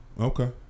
Okay